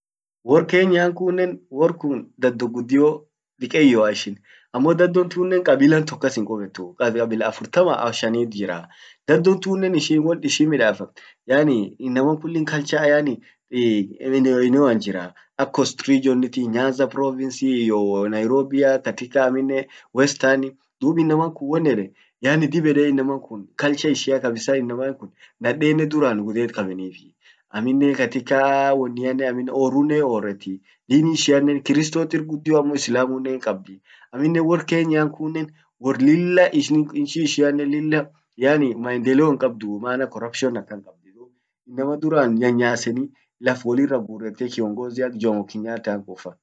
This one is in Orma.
Wor Kenya kunnen, wor kun dhado guddio, dikkeyyoah ishin ammo dhadon tunnen kabila tok kas hin kubetuu, kabila afurtama shannit jiraa. Dhadon tunnen ishin wonnishin midaffet yaani inama kullin culture yaani eneo eneo at jiraa ak coast region iti ,Nyanza province, iyyo Nairobi katika amminen western dub inaman kun won eden yaani dib ede inaman kun culture ishian kabisa inaman, nadennen duran gudhet kabeti. Amminen katika wonianen amminen orru hioretti, dini ishiannen kristot irr guddio ammo islammunen hin kabdi. amminen wor ke yan kunnen wor lilla, ishin inchi ishianen lilla yaani maendeleo kabdu maana corruption akan kabdi. inama duran nyanyaseni, laf wollira gurete, kiongozi ak Jomo kenyatta kun fa.